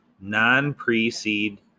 non-pre-seed